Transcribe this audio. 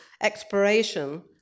exploration